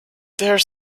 there